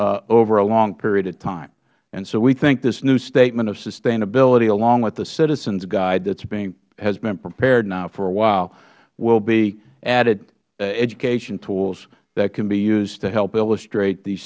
path over a long period of time so we think this new statement of sustainability along with the citizens guide that has been prepared now for a while will be added education tools that can be used to help illustrate the se